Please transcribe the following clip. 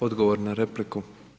Odgovor na repliku.